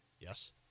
Yes